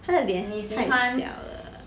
他的脸太小了